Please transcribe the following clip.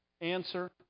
answer